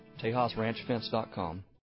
TejasRanchFence.com